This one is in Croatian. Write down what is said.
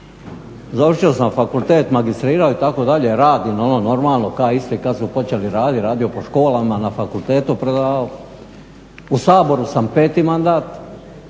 završio sam fakultet, magistrirao itd., radim ono normalno ka isti kad su počeli radit, radio po školama, na fakultet predavao. U Saboru sam peti mandat